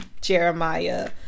Jeremiah